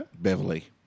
Beverly